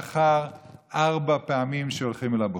לאחר ארבע פעמים שהולכים לבוחר.